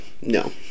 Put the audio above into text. no